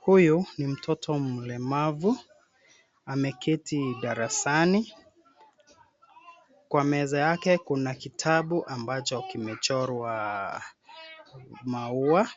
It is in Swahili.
Huyu ni mtoto mlemavu, ameketi darasani. Kwa meza yake kuna kitabu ambacho kimechorwa maua.